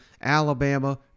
Alabama